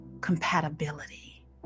compatibility